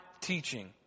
teaching